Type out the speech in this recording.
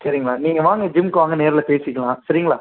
சரிங்களா நீங்கள் வாங்க ஜிம்க்கு வாங்க நேரில் பேசிக்கலாம் சரிங்களா